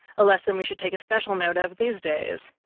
a lesson we should take a special note of these days.